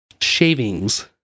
Shavings